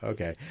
Okay